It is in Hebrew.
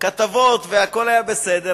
ונכתבו כתבות והכול היה בסדר,